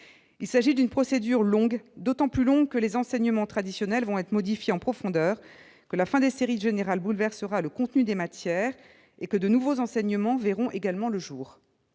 Il s'agit d'une procédure longue, d'autant plus que les enseignements traditionnels vont être modifiés en profondeur, que la fin des séries générales bouleversera le contenu des matières et que de nouveaux enseignements verront également le jour.